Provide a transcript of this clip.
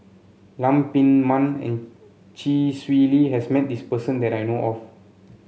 Lam Pin Min and Chee Swee Lee has met this person that I know of